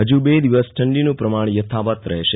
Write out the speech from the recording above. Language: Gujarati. હજી બે દિવસ ઠડીનં પ્રમાણ યથાવત રહેશે